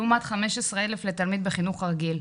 לעומת 15,000 לתלמיד בחינוך הרגיל.